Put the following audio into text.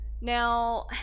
now